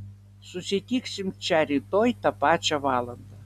susitiksim čia rytoj tą pačią valandą